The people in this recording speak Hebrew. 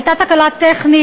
הייתה תקלה טכנית.